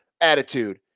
Attitude